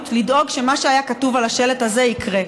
לדאוג שמה שהיה כתוב על השלט הזה יקרה,